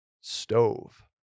stove